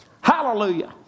Hallelujah